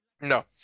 No